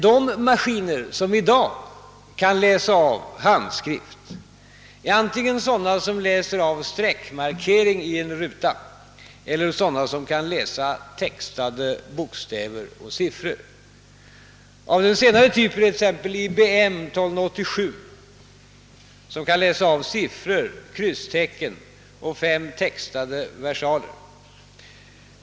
De maskiner som i dag kan läsa av handskrift är antingen sådana som läser av streckmarkeringi en ruta eller sådana som kan läsa textade bokstäver och siffror. Av den senare typen är t.ex. IBM 1287, som kan läsa av siffror, krysstecken och fem textade versaler.